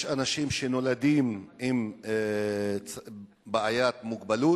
יש אנשים שנולדים עם בעיית מוגבלות,